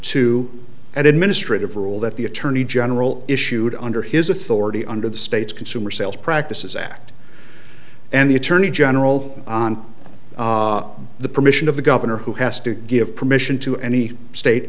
an administrative rule that the attorney general issued under his authority under the state's consumer sales practices act and the attorney general on the permission of the governor who has to give permission to any state